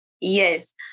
Yes